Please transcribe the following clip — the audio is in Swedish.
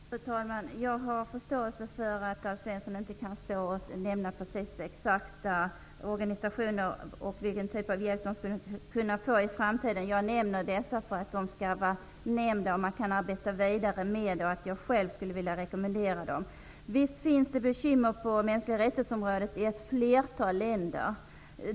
Fru talman! Jag har förståelse för att Alf Svensson inte här kan nämna exakt vilka organisationer som skulle kunna få hjälp i framtiden och vilken typ av hjälp de skulle kunna få. Jag har nämnt ett par organisationer för att jag vill att de skall vara nämnda här och så att man kan arbeta vidare med förslagen. Själv skulle jag alltså vilja rekommendera dem. Visst finns det bekymmer på mänskliga rättighetsområdet i ett flertal länder.